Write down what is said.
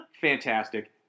Fantastic